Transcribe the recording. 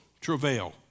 Travail